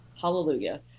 hallelujah